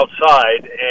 outside